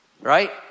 right